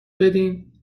بدین